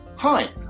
hi